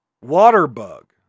water-bug